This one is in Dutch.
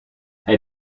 hij